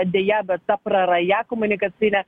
deja bet ta praraja komunikacinė